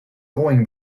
going